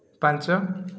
ପାଞ୍ଚ